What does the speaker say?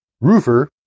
Roofer